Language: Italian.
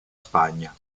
spagna